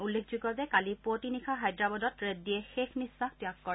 উল্লেখযোগ্য যে কালি পুৱতি নিশা হায়দৰাবাদত ৰেড্ডীয়ে শেষ নিশ্বাস ত্যাগ কৰে